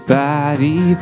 body